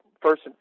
first